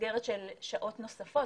במסגרת של שעות נוספות,